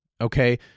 okay